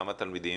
כמה תלמידים?